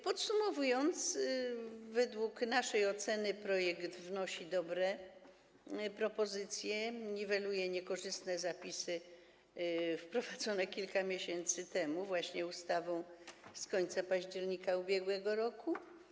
Podsumowując, według naszej oceny projekt zawiera dobre propozycje, niweluje niekorzystne zapisy wprowadzone kilka miesięcy temu właśnie ustawą z końca października ub.r.